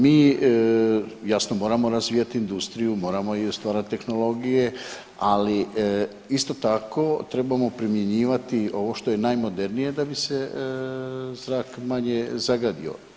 Mi jasno moramo razvijati industriju, moramo i stvarati tehnologije ali isto tako trebamo primjenjivati ovo što je najmodernije da bi se zrak manje zagadio.